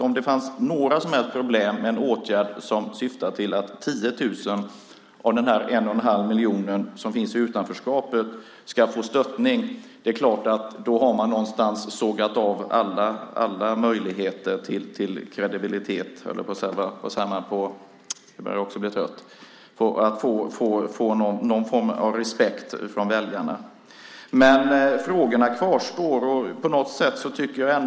Om det finns några som helst problem med en åtgärd som syftar till att 10 000 av de en och en halv miljonen som finns i utanförskapet ska stöttas har man någonstans sågat av alla möjligheter till att få någon form av respekt från väljarna. Frågorna kvarstår.